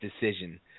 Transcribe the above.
decision